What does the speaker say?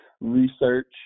research